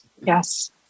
Yes